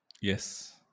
Yes